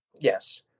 Yes